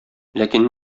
ләкин